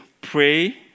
pray